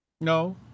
No